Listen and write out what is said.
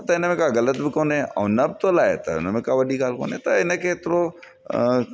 त इनमें का ग़लति बि कोन्हे ऐं नापतोल आहे त उनमें का वॾी ॻाल्हि कोन्हे त इनखे एतिरो